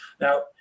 Now